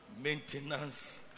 Maintenance